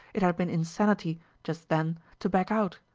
it had been insanity just then to back out,